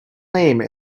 name